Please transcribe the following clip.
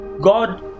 god